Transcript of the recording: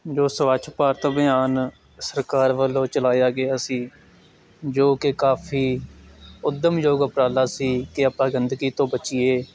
ਜੋ ਸਵੱਛ ਭਾਰਤ ਅਭਿਆਨ ਸਰਕਾਰ ਵੱਲੋਂ ਚਲਾਇਆ ਗਿਆ ਸੀ ਜੋ ਕਿ ਕਾਫੀ ਉੱਦਮ ਯੋਗ ਉਪਰਾਲਾ ਸੀ ਕਿ ਆਪਾਂ ਗੰਦਗੀ ਤੋਂ ਬਚੀਏ